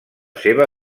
seva